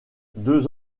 deux